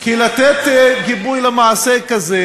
כי לתת גיבוי למעשה כזה,